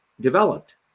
developed